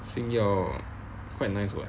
星耀 quite nice [what]